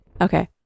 Okay